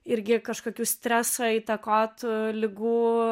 irgi kažkokių streso įtakotų ligų